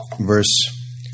verse